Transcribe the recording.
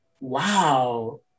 wow